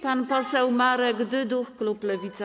Pan poseł Marek Dyduch, klub Lewica.